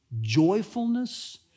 joyfulness